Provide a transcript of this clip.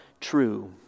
true